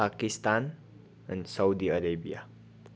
Pakistan Saudi Arabia